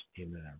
Amen